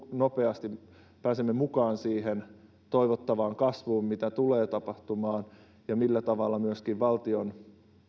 nopeasti mukaan siihen toivottavaan kasvuun mitä tulee tapahtumaan ja millä tavalla myöskin valtion